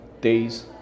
days